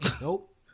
Nope